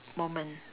moment